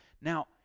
now